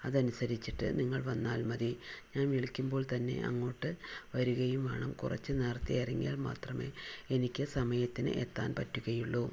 അതനുസരിച്ചിട്ട് നിങ്ങൾ വന്നാൽ മതി ഞാൻ വിളിക്കുമ്പോൾ തന്നെ അങ്ങോട്ട് വരുകയും വേണം കുറച്ച് നേരത്തെ ഇറങ്ങിയാൽ മാത്രമേ എനിക്ക് സമയത്തിന് എത്താൻ പറ്റുകയുള്ളൂ